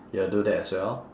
you'll do that as well